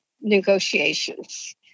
negotiations